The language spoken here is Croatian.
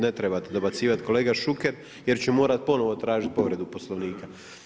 Ne trebate dobacivati kolega Šuker jer ću morati ponovo tražiti povredu Poslovnika.